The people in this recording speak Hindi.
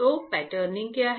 तो पैटर्निंग क्या है